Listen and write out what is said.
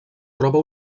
troba